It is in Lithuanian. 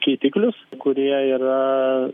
keitiklius kurie yra